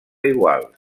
iguals